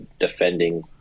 defending